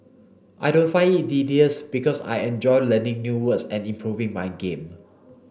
I don't find it tedious because I enjoy learning new words and improving my game